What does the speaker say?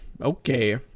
Okay